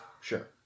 Sure